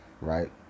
right